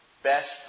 Best